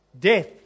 Death